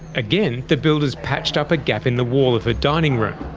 again the builders patched up a gap in the wall of her dining room.